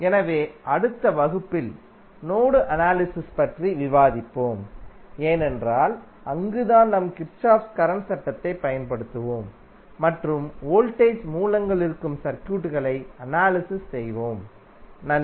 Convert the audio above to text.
எனவே அடுத்த வகுப்பில் நோடு அனாலிசிஸ் பற்றி விவாதிப்போம் ஏனென்றால் அங்குதான் நாம் நம் கிர்ச்சோஃப் கரண்ட் சட்டத்தைப் பயன்படுத்துவோம் மற்றும் வோல்டேஜ் மூலங்கள் இருக்கும் சர்க்யூட்களை அனாலிசிஸ் செய்வோம் நன்றி